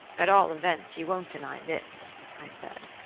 at all events, you won't deny this i said,